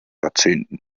jahrzehnten